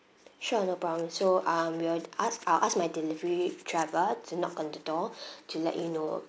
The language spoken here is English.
sure no problem so um we will ask I'll ask my delivery driver to knock on the door to let you know